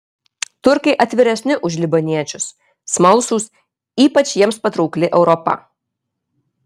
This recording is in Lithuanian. turkai atviresni už libaniečius smalsūs ypač jiems patraukli europa